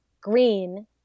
green